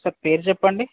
sir పేరు చెప్పండి